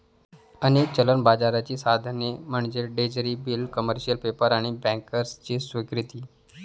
अनेक चलन बाजाराची साधने म्हणजे ट्रेझरी बिले, कमर्शियल पेपर आणि बँकर्सची स्वीकृती